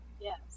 Yes